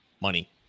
Money